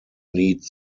need